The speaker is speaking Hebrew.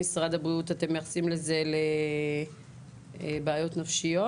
משרד הבריאות מייחס את זה לבעיות נפשיות?